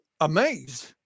amazed